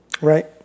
Right